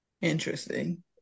Interesting